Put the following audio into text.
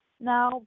now